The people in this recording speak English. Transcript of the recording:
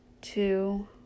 two